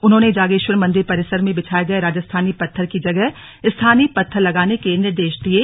उन्होंने जागेश्वर मंदिर परिसर में बिछाये गये राजस्थानी पत्थर की जगह स्थानीय पत्थर लगाने के निर्देश दिये